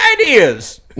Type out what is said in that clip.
ideas